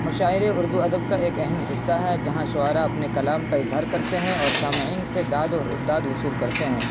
مشاعرے اردو ادب کا ایک اہم حصہ ہے جہاں شعراء اپنے کلام کا اظہار کرتے ہیں اور سامعین سے داد داد وصول کرتے ہیں